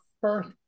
first